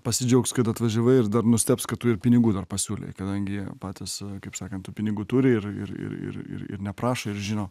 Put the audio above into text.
pasidžiaugs kad atvažiavai ir dar nustebs kad tu ir pinigų dar pasiūlei kadangi jie patys kaip sakant tų pinigų turi ir ir ir ir neprašo ir žino